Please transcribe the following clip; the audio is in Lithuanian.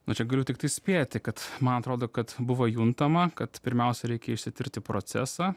nu čia galiu tiktai spėti kad man atrodo kad buvo juntama kad pirmiausia reikia išsitirti procesą